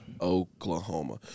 Oklahoma